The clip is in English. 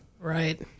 Right